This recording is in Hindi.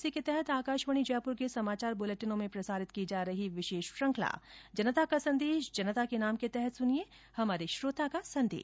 इसी के तहत आकाशवाणी जयपुर के समाचार बुलेटिनों में प्रसारित की जा रही विशेष श्रृखंला जनता का संदेश जनता के नाम के तहत सुनिये हमारे श्रोता का संदेश